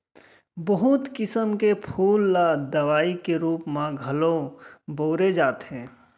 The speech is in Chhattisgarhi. बहुत किसम के फूल ल दवई के रूप म घलौ बउरे जाथे